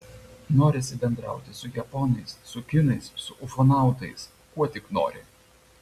norisi bendrauti su japonais su kinais su ufonautais kuo tik nori